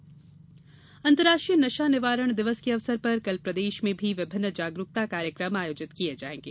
नशा दिवस अंतर्राष्ट्रीय नशा निवारण दिवस के अवसर पर कल प्रदेश में भी विभिन्न जागरुकता कार्यक्रम आयोजित किए जाएंगे